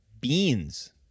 beans